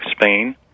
Spain